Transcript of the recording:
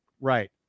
right